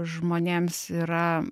žmonėms yra